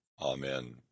Amen